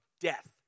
death